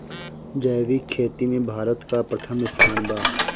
जैविक खेती में भारत का प्रथम स्थान बा